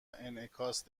انعکاس